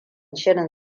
shirin